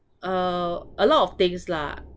uh a lot of things lah